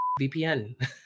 VPN